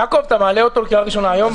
יעקב, אתה מעלה אותה לקריאה ראשונה היום?